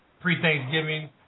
Pre-Thanksgiving